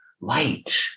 light